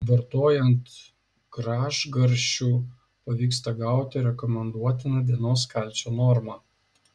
vartojant gražgarsčių pavyksta gauti rekomenduotiną dienos kalcio normą